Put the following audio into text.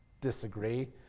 disagree